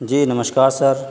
جی نمشکار سر